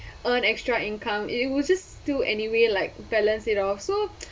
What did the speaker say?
earn extra income it would just still anyway like balance it off so